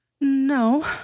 No